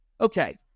Okay